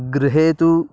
गृहे तु